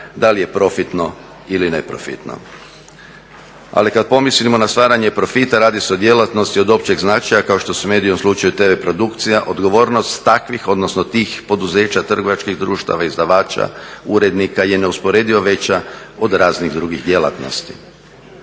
da li je profitno ili neprofitno. Ali kad pomislimo na stvaranje profita radi se o djelatnosti od općeg značaja kao što su mediji u slučaju tv produkcija, odgovornost takvih odnosno tih poduzeća, trgovačkih društava, izdavača i urednika je neusporedivo veća od raznih drugih djelatnosti.